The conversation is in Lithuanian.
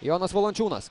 jonas valančiūnas